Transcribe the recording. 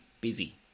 Busy